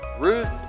Ruth